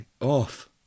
off